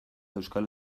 euskal